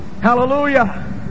Hallelujah